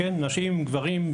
גברים,